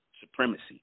supremacy